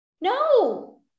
No